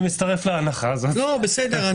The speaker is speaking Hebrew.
הזכות השנייה שפרופסור שכטר הזכיר היא